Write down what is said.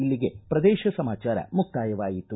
ಇಲ್ಲಿಗೆ ಪ್ರದೇಶ ಸಮಾಚಾರ ಮುಕ್ತಾಯವಾಯಿತು